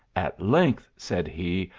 at length, said he,